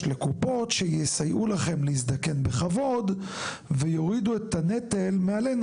לקופות שיסייעו לכם להזדקן בכבוד ויורידו את הנטל מעלינו.